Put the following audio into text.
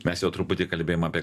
mes jau truputį kalbėjom apie